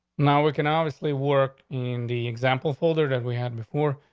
now, we can obviously work in the example folder that we have before,